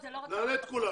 נעלה את כולם